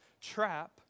trap